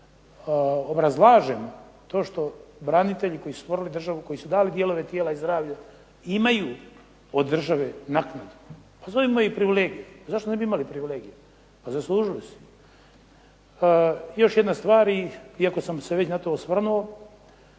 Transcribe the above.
obrazlažemo to što branitelji koji su stvorili državu, koji su dali dijelove tijela i zdravlje, imaju od države naknadu, nazovimo ih privilegijom, zašto ne bi imali privilegije, pa zaslužili su. Još jedna stvar iako sam se već na to osvrnuo,